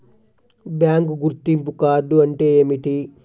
Bank గుర్తింపు card అంటే ఏమిటి?